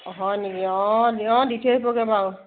হয় নেকি অঁ দিয় দি থৈ আহিবগৈ বাৰু